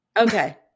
Okay